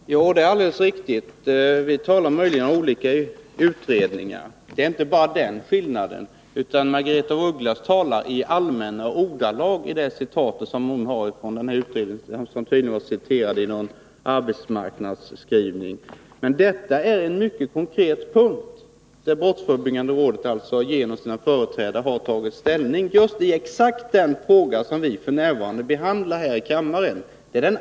Herr talman! Det är säkert riktigt att Margaretha af Ugglas och jag talar om olika utredningar. Men det är inte bara den skillnaden mellan oss här. En annan skillnad är att Margaretha af Ugglas talar i allmänna ordalag kring det hon citerade från den utredning som tydligen återgivits i en skrift från arbetsmarknadsstyrelsen. Men det jag citerade var en mycket konkret punkt, i vilken brottsförebyggande rådet genom sina företrädare har tagit ställning och som rör just den fråga som vi f. n. behandlar här i kammaren.